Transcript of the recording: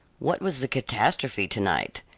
what was the catastrophe to-night?